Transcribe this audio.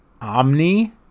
Omni